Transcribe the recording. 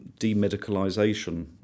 demedicalisation